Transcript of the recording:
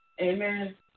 Amen